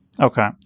Okay